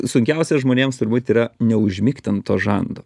sunkiausia žmonėms turbūt yra neužmigti ant to žando